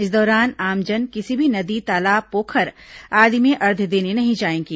इस दौरान आमजन किसी भी नदी तालाब पोखर आदि में अर्घ्य देने नहीं जाएंगे